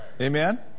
Amen